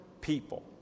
people